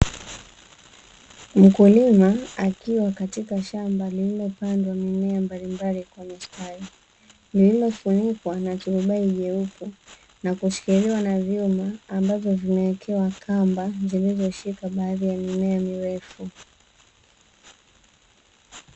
Mkulima akiwa katika shamba lililopandwa mimea mbalimbali kwa mistari, lililofunikwa na turubai jeupe na kushikiliwa na vyuma ambavyo vimewekewa kamba zilizoshika baadhi ya mimea mirefu.